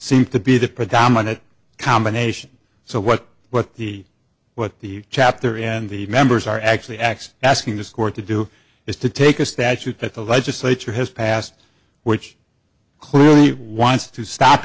seem to be the predominant combination so what what the what the chapter and the members are actually x asking this court to do is to take a statute that the legislature has passed which clearly wants to stop